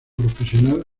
profesional